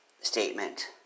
statement